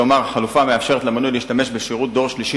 כלומר חלופה המאפשרת למנוי להשתמש בשירות דור שלישי